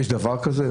יש דבר כזה?